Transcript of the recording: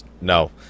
No